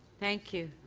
thank you.